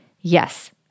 Yes